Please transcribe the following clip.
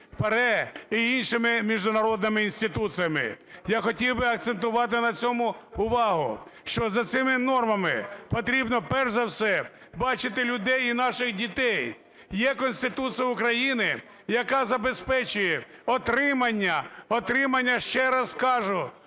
ПАРЄ і іншими міжнародними інституціями. Я хотів би акцентувати на цьому увагу, що за цими нормами потрібно перш за все бачити людей і наших дітей. Є Конституція України, яка забезпечує отримання, отримання, ще раз скажу,